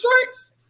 strikes